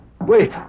Wait